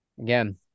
Again